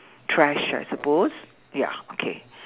trash I suppose ya okay